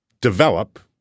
develop